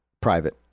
private